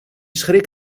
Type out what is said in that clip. schrik